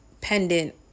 pendant